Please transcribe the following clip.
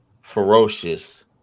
ferocious